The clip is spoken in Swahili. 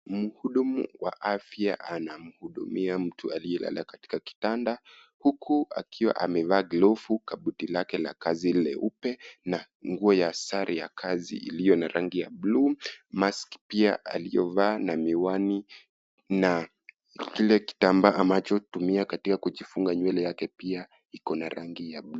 Mhudumu wa afya anamhudumia mtu aliyelala katika kitanda huku akiwa amevaa glovu, kabuti lake la kazi leupe na nguo ya sare ya kazi iliyo na rangi ya buluu, maski pia aliyovaa na miwani na kile kitambaa ambacho hutumia katika kufunga nywele yake pia iko na rangi ya buluu.